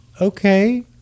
okay